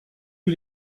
que